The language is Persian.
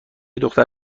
دختر